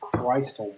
Christ